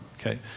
okay